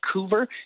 Vancouver